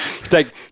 Take